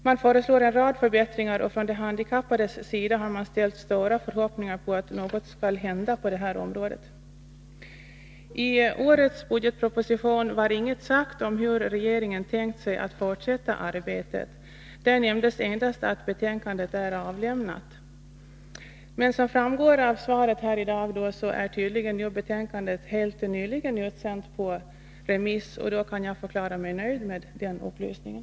Man föreslår en rad förbättringar, och från de handikappades sida har man ställt stora förhoppningar på att något skall hända på detta område. I årets budgetproposition sades inget om hur regeringen tänkt sig att fortsätta arbetet. Där nämndes endast att betänkandet är avlämnat. Som framgår av svaret här i dag är betänkandet helt nyligen utsänt på remiss, och då kan jag förklara mig nöjd med upplysningen.